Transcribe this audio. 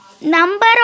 Number